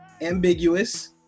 ambiguous